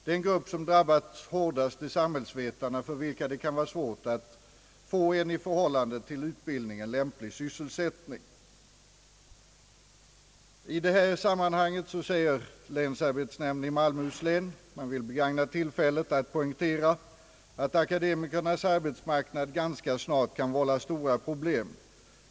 Den grupp som drabbats hårdast är samhällsvetarna, för vilket det kan vara svårt att få en i förhållande till utbildningen lämplig sysselsättning. I detta sammanhang säger länsarbetsnämnden i Malmöhus län att man vill »begagna tillfället att poängtera, att akademikernas arbetsmarknad ganska snart kan vålla stora problem.